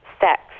sex